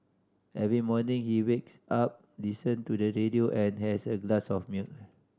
every morning he wakes up listen to the radio and has a glass of milk